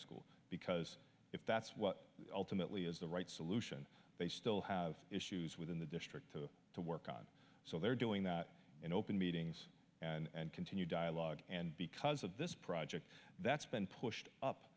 school because if that's what ultimately is the right solution they still have issues within the district to to work on so they're doing that in open meetings and continue dialogue and because of this project that's been pushed up